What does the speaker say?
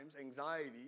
anxiety